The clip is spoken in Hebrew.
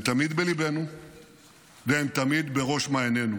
הם תמיד בליבנו והם תמיד בראש מעיינינו.